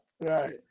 Right